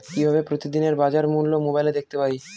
কিভাবে প্রতিদিনের বাজার মূল্য মোবাইলে দেখতে পারি?